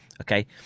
okay